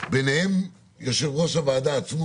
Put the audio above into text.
ביניהם יושב ראש הוועדה עצמו,